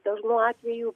dažnu atveju